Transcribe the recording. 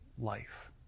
life